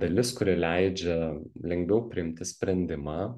dalis kuri leidžia lengviau priimti sprendimą